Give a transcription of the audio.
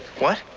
what?